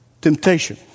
temptation